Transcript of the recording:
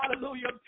hallelujah